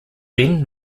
then